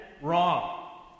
wrong